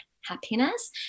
happiness